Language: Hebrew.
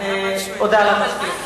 הודעה למזכיר.